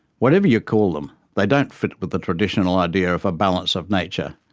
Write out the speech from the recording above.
whatever you call them, they don't fit with the traditional idea of a balance of nature,